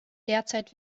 derzeit